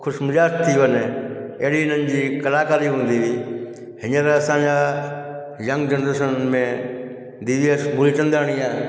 ख़ुशिमिजाज थी वञे अहिड़ी हिनजी कलाकारी हूंदी हुई हींअर असांजा यंग जनरेशन में डी डी एस मूलचंदाणी आहे